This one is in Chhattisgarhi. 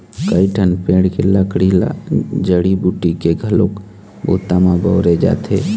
कइठन पेड़ के लकड़ी ल जड़ी बूटी के घलोक बूता म बउरे जाथे